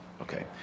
Okay